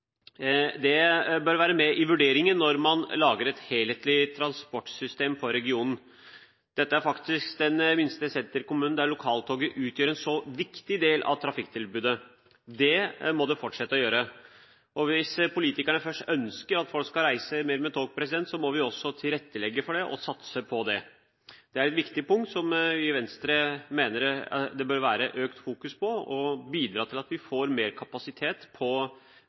Det bør være med i vurderingen når man lager et helhetlig transportsystem for regionen. Dette er faktisk den minste senterkommunen der lokaltoget utgjør en så viktig del av trafikktilbudet. Det må det fortsette å gjøre. Og hvis politikerne først ønsker at folk skal reise mer med tog, må vi også tilrettelegge for det og satse på det. Det å bidra til at vi får mer kapasitet på lokaltoget Bodø–Rognan, er et viktig punkt som vi i Venstre mener det bør fokuseres mer på.